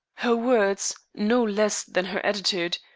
her words, no less than her attitude,